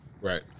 Right